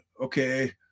okay